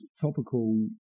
topical